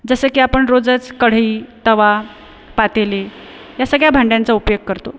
जसं की आपण रोजच कढई तवा पातेली या सगळ्या भांड्यांचा उपयोग करतो